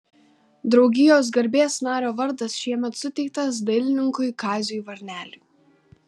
draugijos garbės nario vardas šiemet suteiktas dailininkui kaziui varneliui